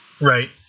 right